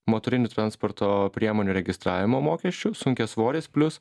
motorinių transporto priemonių registravimo mokesčiu sunkiasvoris plius